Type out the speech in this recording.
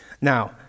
Now